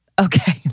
Okay